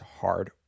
hard